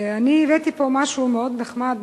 אני הבאתי פה משהו מאוד נחמד,